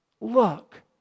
look